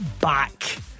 back